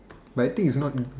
but I think it's not